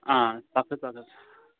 آ اَدٕ حظ اَدٕ حظ